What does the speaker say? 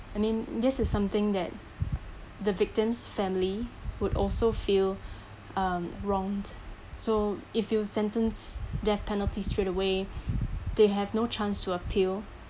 I mean this is something that the victim's family would also feel um wronged so it feels sentence death penalty straight away they have no chance to appeal